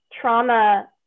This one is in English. trauma